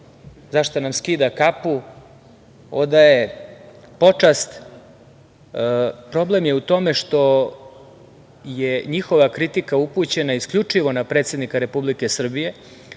ceo svet skida kapu, odaje počast. Problem je u tome što je njihova kritika upućena isključivo na predsednika Republike Srbije,